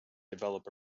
develop